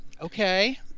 okay